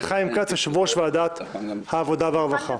חיים כץ יושב-ראש ועדת העבודה והרווחה.